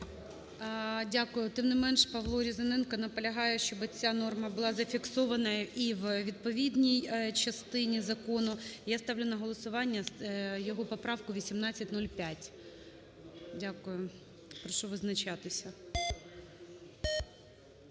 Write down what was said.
Дякую. Тим не менш, Павло Різаненко наполягає, щоб ця норма була зафіксована і в відповідній частині закону. Я ставлю на голосування його поправку 1805. Дякую. Прошу визначатися.